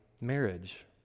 marriage